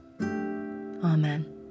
Amen